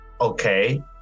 okay